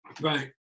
Right